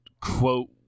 quote